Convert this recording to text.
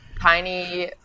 tiny